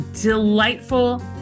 delightful